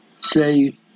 say